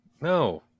No